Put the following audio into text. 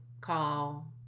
call